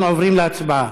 אנחנו עוברים להצבעה.